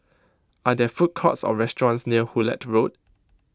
are there food courts or restaurants near Hullet Road